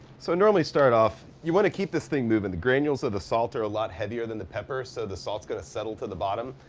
so i normally start off, you wanna keep this thing movin'. the granules of the salt are a lot heavier than the pepper, so the salt's gonna settle to the bottom.